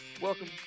welcome